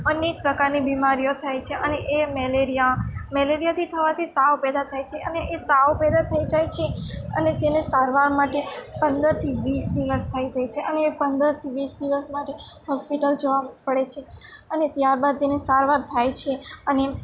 અનેક પ્રકારની બીમારીઓ થાય છે અને એ મેલેરિયા મેલેરિયાથી થવાથી તાવ પેદા થાય છે અને એ તાવ પેદા થઈ જાય છે અને તેને સારવાર માટે પંદરથી વીસ દિવસ થઈ જાય છે અને એ પંદરથી વીસ દિવસ માટે હોસ્પિટલ જવા પડે છે અને ત્યારબાદ તેની સારવાર થાય છે અને